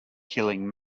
killing